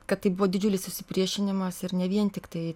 kad tai buvo didžiulis susipriešinimas ir ne vien tiktai